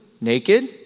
naked